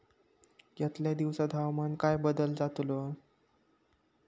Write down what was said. यतल्या दिवसात हवामानात काय बदल जातलो?